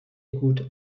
gut